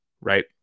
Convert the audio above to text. Right